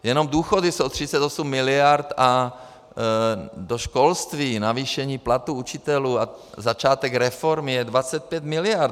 Jenom důchody jsou 38 miliard a do školství, navýšení platů učitelů a začátek reformy je 25 miliard.